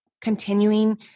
continuing